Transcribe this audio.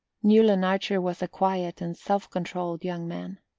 newland archer was a quiet and self-controlled young man.